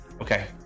Okay